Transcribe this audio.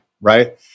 right